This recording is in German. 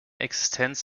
existenz